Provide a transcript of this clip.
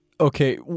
Okay